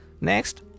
Next